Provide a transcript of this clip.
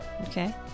Okay